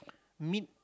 meat